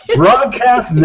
broadcast